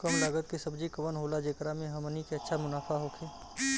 कम लागत के सब्जी कवन होला जेकरा में हमनी के अच्छा मुनाफा होखे?